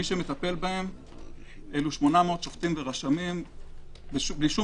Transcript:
מטפלים בהם 800 שופטים ורשמים בלי שום